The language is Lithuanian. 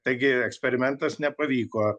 taigi eksperimentas nepavyko